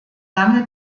lange